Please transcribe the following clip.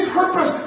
purpose